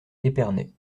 épernay